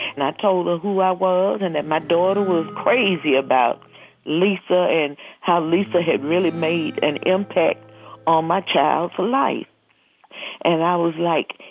and i told her who i was and that my daughter was crazy about lisa and how lisa had really made an impact on my child's life and i was like,